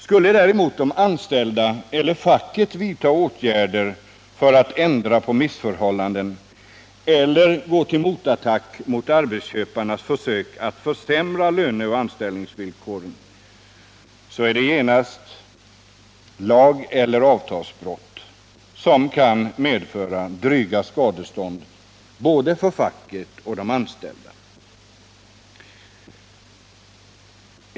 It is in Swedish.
Skulle däremot de anställda eller facket vidta åtgärder för att ändra på missförhållanden eller gå till motattack mot arbetsköparnas försök att försämra löneoch anställningsvillkoren, så är det genast lageller avtalsbrott som kan medföra dryga skadestånd både för facket och för de anställda.